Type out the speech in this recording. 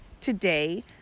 Today